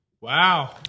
Wow